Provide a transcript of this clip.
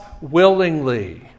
willingly